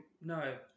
No